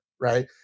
right